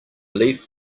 leaf